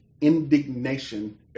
indignation